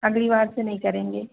अगली बार से नहीं करेंगे